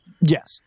Yes